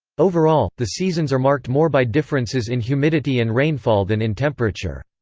overall, the seasons are marked more by differences in humidity and rainfall than in temperature.